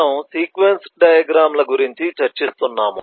మనము sequence diagram ల గురించి చర్చిస్తున్నాము